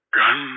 gun